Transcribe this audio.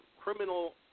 criminal